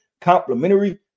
complementary